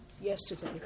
yesterday